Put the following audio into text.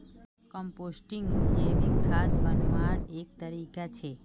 composting जैविक खाद बन्वार एक तरीका छे